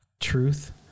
truth